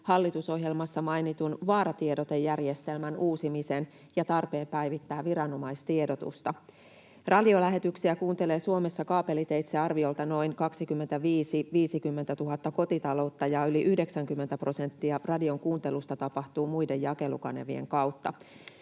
hallitusohjelmassa mainitun vaaratiedotejärjestelmän uusimisen ja tarpeen päivittää viranomaistiedotusta. Radiolähetyksiä kuuntelee Suomessa kaapeliteitse arviolta noin 25 000— 50 000 kotitaloutta, ja yli 90 prosenttia radion kuuntelusta tapahtuu muiden jakelukanavien kautta.